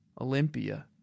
Olympia